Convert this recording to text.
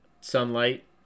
sunlight